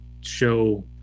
show